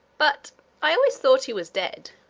but i always thought he was dead.